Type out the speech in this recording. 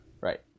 Right